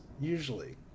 usually